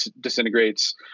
disintegrates